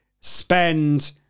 spend